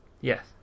Yes